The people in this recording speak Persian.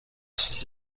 چیز